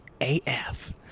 AF